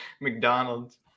McDonald's